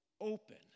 open